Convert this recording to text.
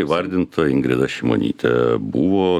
įvardinta ingrida šimonytė buvo